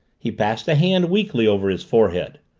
he passed a hand weakly over his forehead.